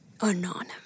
Anonymous